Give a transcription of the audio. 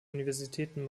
universitäten